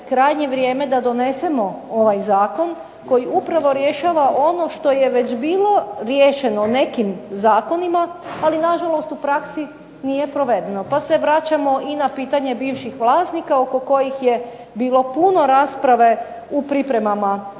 da donesemo ovaj zakon koji upravo rješava ono što je već bilo riješeno nekim zakonima, ali nažalost u praksi nije provedeno. Pa se vraćamo na pitanje bivših vlasnika oko kojih je bilo puno rasprave u pripremama